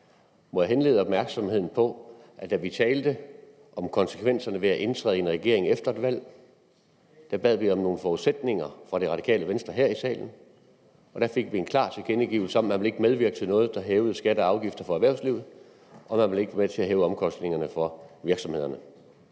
Må jeg henlede opmærksomheden på, at da vi talte om konsekvenserne ved at indtræde i en regering efter et valg, bad vi her i salen om nogle forudsætninger fra Det Radikale Venstres side, og da fik vi en klar tilkendegivelse om, at man ikke ville medvirke til noget, der hævede skatter og afgifter for erhvervslivet, og at man ikke ville være med til at hæve omkostningerne for virksomhederne.